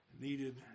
needed